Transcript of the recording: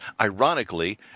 ironically